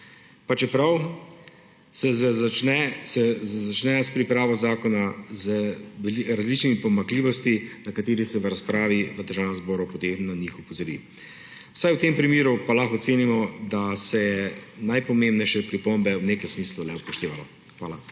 pa čeprav se začne s pripravo zakona z različnimi pomanjkljivostmi, na katere se v razpravi v Državnem zboru potem opozori. Vsaj v tem primeru pa lahko ocenimo, da se je najpomembnejše pripombe v nekem smislu le upoštevalo. Hvala.